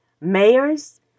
mayors